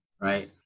right